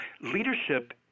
leadership